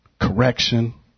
correction